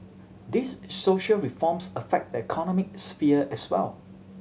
these social reforms affect the economic sphere as well